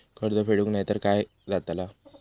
कर्ज फेडूक नाय तर काय जाताला?